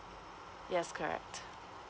yes correct